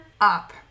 up